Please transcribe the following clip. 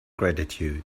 gratitude